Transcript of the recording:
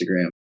Instagram